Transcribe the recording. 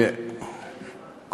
אדוני היושב-ראש,